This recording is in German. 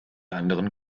anderen